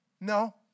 No